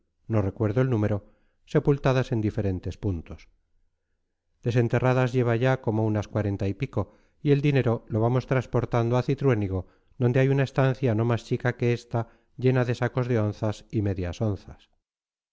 no recuerdo el número sepultadas en diferentes puntos desenterradas lleva ya como unas cuarenta y pico y el dinero lo vamos transportando a cintruénigo donde hay una estancia no más chica que esta llena de sacos de onzas y medias onzas